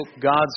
God's